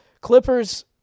Clippers